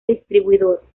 distribuidor